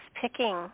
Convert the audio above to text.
picking